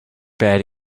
bed